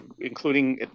including